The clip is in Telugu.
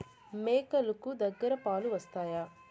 మేక లు దగ్గర పాలు వస్తాయా?